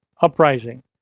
Uprising